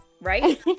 right